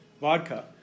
Vodka